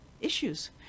issues